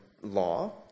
law